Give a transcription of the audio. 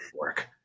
work